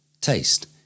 Taste